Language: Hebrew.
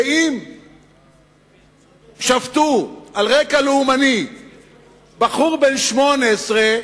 שאם שפטו על רקע לאומני בחור בן 18,